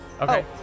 Okay